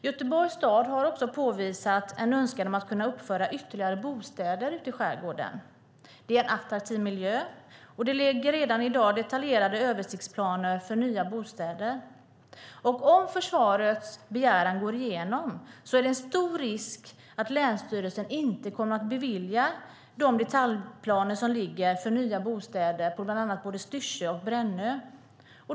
Göteborgs stad har också påvisat en önskan om att kunna uppföra ytterligare bostäder i skärgården - det är en attraktiv miljö, och det ligger redan i dag detaljerade översiktsplaner för nya bostäder. Om försvarets begäran går igenom är det stor risk att länsstyrelsen inte kommer att bevilja de detaljplaner som ligger för nya bostäder på bland annat Styrsö och Brännö.